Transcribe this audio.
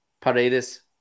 Paredes